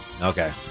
Okay